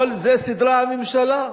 כל זה סידרה הממשלה?